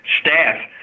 staff